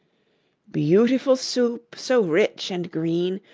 beautiful soup, so rich and green,